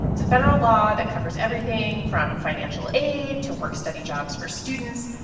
it's a federal law that covers everything from financial aid to work study jobs for students.